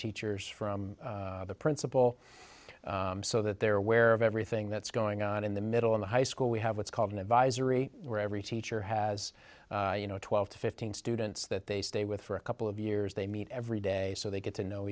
teachers from the principal so that there where of everything that's going on in the middle of the high school we have what's called an advisory where every teacher has you know twelve to fifteen students that they stay with for a couple of years they meet every day so they get to know